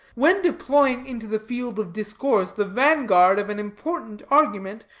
when deploying into the field of discourse the vanguard of an important argument,